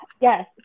yes